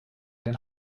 den